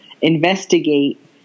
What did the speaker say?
investigate